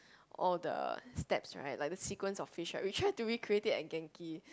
all the steps right like the sequences of fish right we tried to do it creative at Genki